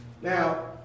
now